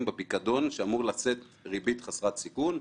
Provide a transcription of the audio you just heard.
בפיקדון שאמור לשאת ריבית חסרת סיכון.